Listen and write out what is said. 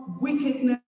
wickedness